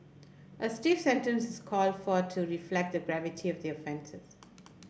a stiff sentence's called for to reflect the gravity of the offences